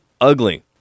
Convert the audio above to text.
ugly